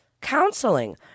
counseling